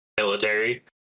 military